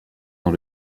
dans